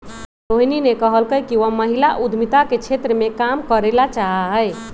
रोहिणी ने कहल कई कि वह महिला उद्यमिता के क्षेत्र में काम करे ला चाहा हई